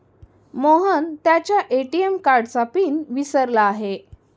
मोहन त्याच्या ए.टी.एम कार्डचा पिन विसरला आहे